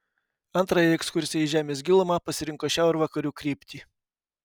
antrajai ekskursijai į žemės gilumą pasirinko šiaurvakarių kryptį